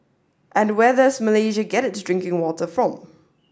and where does Malaysia get its drinking water from